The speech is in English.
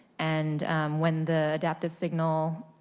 and when the adaptive signal,